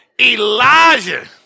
Elijah